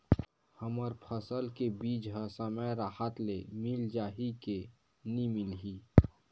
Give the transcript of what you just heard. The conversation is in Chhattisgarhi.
हमर फसल के बीज ह समय राहत ले मिल जाही के नी मिलही?